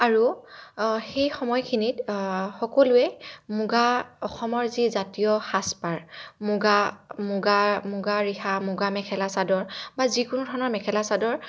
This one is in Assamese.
আৰু সেই সময়খিনিত সকলোৱে মুগা অসমৰ যি জাতীয় সাজ পাৰ মুগা মুগা মুগা ৰিহা মুগা মেখেলা চাদৰ বা যিকোনো ধৰণৰ মেখেলা চাদৰ